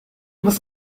bist